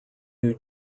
new